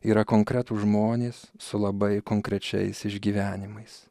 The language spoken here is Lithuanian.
yra konkretūs žmonės su labai konkrečiais išgyvenimais